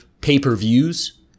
pay-per-views